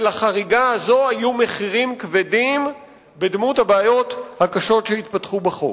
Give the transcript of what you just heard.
לחריגה הזאת היו מחירים כבדים בדמות הבעיות הקשות שהתפתחו בחוק.